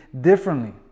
differently